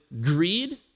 greed